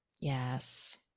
Yes